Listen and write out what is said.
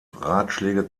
ratschläge